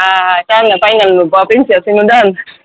આ ચાલ ફાઇનલ